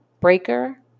Breaker